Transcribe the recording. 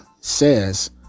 says